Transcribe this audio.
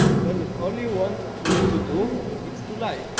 i told him, all you want me to do, it's to lie.